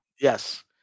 Yes